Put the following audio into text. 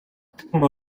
галдан